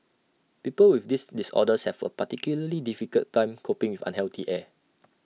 people with these disorders have A particularly difficult time coping with unhealthy air